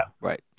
Right